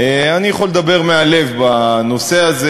אני יכול לדבר מהלב בנושא הזה,